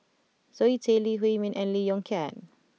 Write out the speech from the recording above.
Zoe Tay Lee Huei Min and Lee Yong Kiat